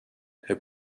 herr